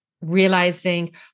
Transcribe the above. realizing